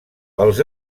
pels